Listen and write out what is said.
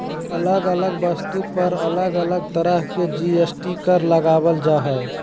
अलग अलग वस्तु पर अलग अलग तरह के जी.एस.टी कर लगावल जा हय